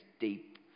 deep